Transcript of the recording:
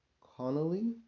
Connolly